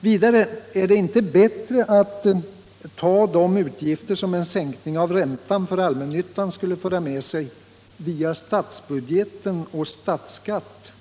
Vidare: Är det inte bättre att ta de utgifter, som en sänkning av räntan för allmännyttan skulle föra med sig, via statsbudget och statsskatt